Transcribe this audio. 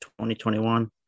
2021